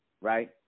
right